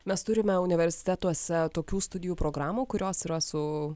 mes turime universitetuose tokių studijų programų kurios yra su